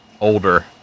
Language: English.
older